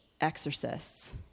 exorcists